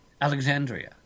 Alexandria